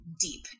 deep